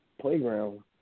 playground